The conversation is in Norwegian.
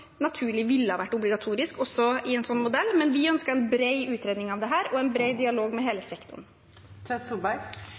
naturlig ville vært obligatoriske også i en sånn modell, men vi ønsker en bred utredning av dette og en bred dialog med hele